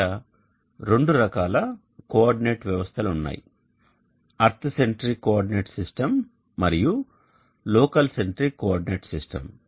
ఇక్కడ రెండు రకాల కోఆర్డినేట్ వ్యవస్థలు ఉన్నాయి ఎర్త్ సెంట్రిక్ కోఆర్డినేట్ సిస్టమ్ మరియు లోకల్ సెంట్రిక్ కోఆర్డినేట్ సిస్టమ్